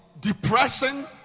depression